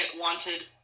wanted